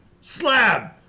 Slab